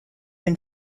been